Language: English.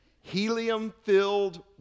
helium-filled